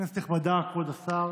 כנסת נכבדה, כבוד השר,